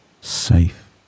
safe